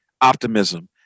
optimism